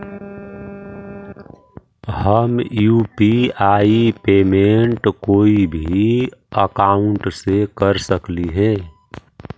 हम UPI payment कोई भी अकाउंट से कर सकली हे?